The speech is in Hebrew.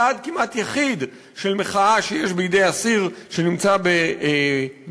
צעד כמעט יחיד של מחאה שיש בידי אסיר שנמצא בבית-הסוהר,